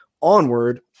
onward